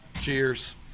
cheers